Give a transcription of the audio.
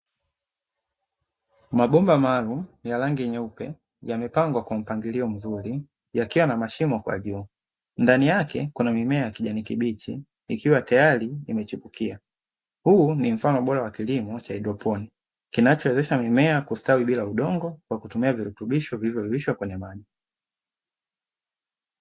Mabomba maalum ya rangi nyeupe yamepangwa kwa mpangilio mzuri yakiwa na mashimo kwa juu ndani yake kuna mimea ya kijani kibiti ikiwa tayari imechipukia huu ni mfano bora wa kilimo kinachowezesha mimea kustawi bila udongo kwa kutumia virutubisho hivyo.